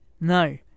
No